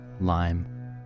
lime